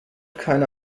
keine